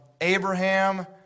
Abraham